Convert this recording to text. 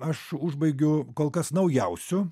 aš užbaigiu kol kas naujausiu